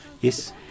Yes